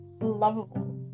lovable